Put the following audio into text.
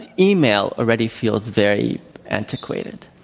email already feels very antiquated.